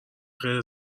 خیر